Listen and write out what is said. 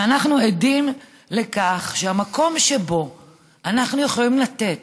ואנחנו עדים לכך שהמקום שבו אנחנו יכולים לתת